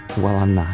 well, i'm not.